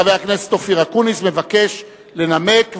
חבר הכנסת אופיר אקוניס מבקש לנמק,